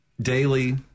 Daily